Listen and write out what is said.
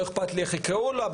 לא אכפת לי איך יקראו לה,